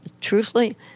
truthfully